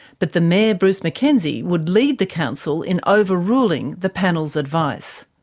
but the mayor bruce mackenzie would lead the council in over-ruling the panel's advice.